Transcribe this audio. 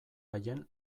haien